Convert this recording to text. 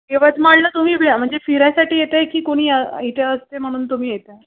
यवतमाळला तुम्ही म्हणजे फिरायसाठी येत आहे की कोणी या इथे असते म्हणून तुम्ही येत आहे